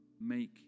make